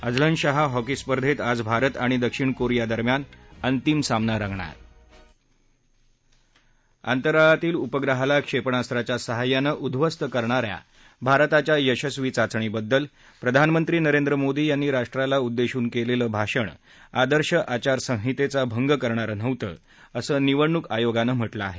Azlan Shah hockey स्पर्धेत आज भारत आणि दक्षिण कोरिया दरम्यान अंतिम सामना रंगणार अंतराळातील उपग्रहाला क्षेपणास्त्राच्या साहाय्याने उध्वस्त करणाऱ्या भारताच्या यशस्वी चाचणीबद्दल प्रधानमंत्री नरेंद्र मोदी यांनी राष्ट्राला उद्देशून केलेले भाषण आदर्श आचारसंहितेचा भंग करणारे नव्हते असं निवडणूक आयोगानं म्हाज़ आहे